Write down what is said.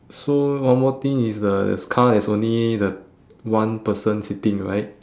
so one more thing is the this car is only the one person sitting right